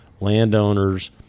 landowners